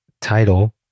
title